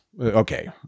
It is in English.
okay